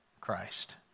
Christ